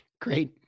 Great